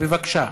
בבקשה.